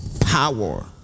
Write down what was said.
power